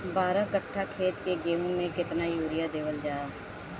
बारह कट्ठा खेत के गेहूं में केतना यूरिया देवल जा?